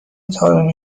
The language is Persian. طارمی